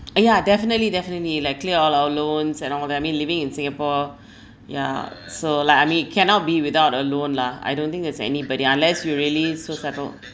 uh ya definitely definitely like clear all our loans and all that I mean living in Singapore yeah so like I mean cannot be without a loan lah I don't think there's anybody unless you really so settled